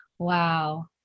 Wow